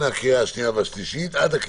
שעד הקריאה השנייה והשלישית